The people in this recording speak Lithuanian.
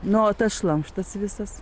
na o tas šlamštas visas